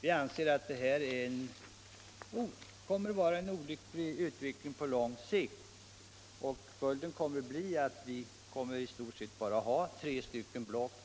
Vi anser att detta innebär en olycklig utveckling på lång sikt. Följden blir att det i stort sett kommer att finnas bara tre stora block.